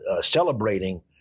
celebrating